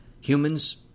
humans